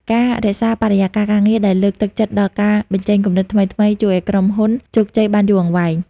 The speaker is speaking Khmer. ការរក្សាបរិយាកាសការងារដែលលើកទឹកចិត្តដល់ការបញ្ចេញគំនិតថ្មីៗជួយឱ្យក្រុមហ៊ុនជោគជ័យបានយូរអង្វែង។